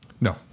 No